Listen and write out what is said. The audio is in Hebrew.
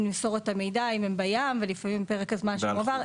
למסור את המידע אם הם בים ולפעמים פרק הזמן עבר,